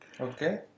Okay